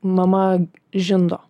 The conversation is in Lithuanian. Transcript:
mama žindo